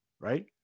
Right